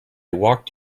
walked